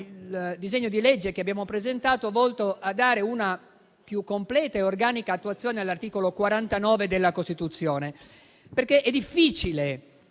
disegno di legge che abbiamo presentato, volto a dare una più completa e organica attuazione all'articolo 49 della Costituzione. È difficile